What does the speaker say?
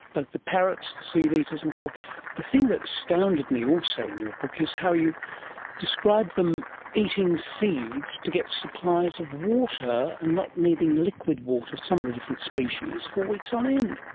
but the parrots, the seed eaters and the, the thing that astounded me also in your book is how you describe them eating seeds to get supplies of water and not needing liquid water, some of the different species, for weeks on end.